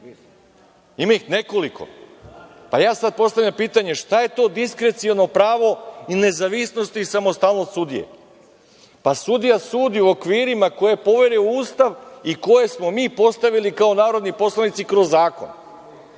Ima ih nekoliko. Sada postavljam pitanje, šta je to diskreciono opravo i nezavisnost i samostalnost sudije? Sudija sudi u okvirima koje je poverio Ustav i koje smo mi postavili kao narodni poslanici kroz zakon.